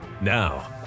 Now